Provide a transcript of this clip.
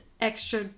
extra